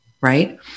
right